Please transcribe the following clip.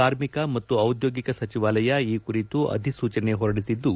ಕಾರ್ಮಿಕ ಮತ್ತು ಟಿದ್ಯೋಗಿಕ ಸಚಿವಾಲಯ ಈ ಕುರಿತು ಅಧಿಸೂಚನೆ ಹೊರಡಿಸಿದ್ದು